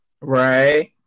Right